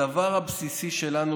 הדבר הבסיסי שלנו